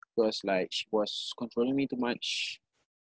she was like she was controlling me too much